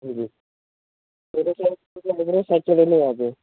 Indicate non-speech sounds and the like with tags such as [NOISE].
ਹਾਂਜੀ [UNINTELLIGIBLE] ਸੈਚਰਡੇ ਨੂੰ ਆ ਜਿਓ